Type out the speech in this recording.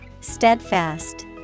Steadfast